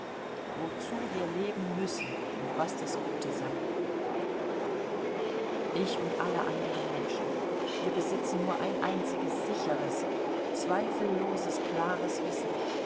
wozu wir leben müssen und was das gute sei ich und alle anderen menschen wir besitzen nur ein einziges sicheres zweifelloses klares wissen